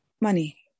money